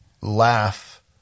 laugh